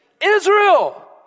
Israel